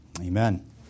Amen